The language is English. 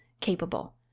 capable